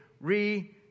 re